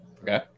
Okay